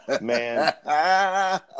man